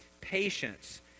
patience